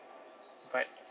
but